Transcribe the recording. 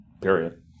period